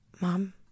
Mom